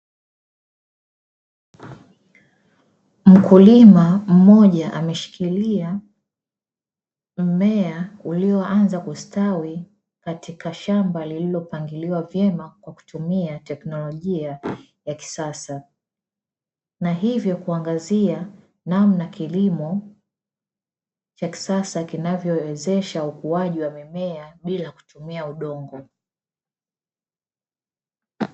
Mkulima mmoja ameshikilia mmea ulioanza kustawi, katika shamba lililopangiliwa vyema kwa kutumia teknolojia ya kisasa, na hivyo kuangazia namna kilimo cha kisasa, kinavyowezesha ukuaji wa mimea bila kutumia udongo.